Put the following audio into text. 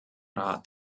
rat